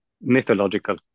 mythological